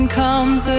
comes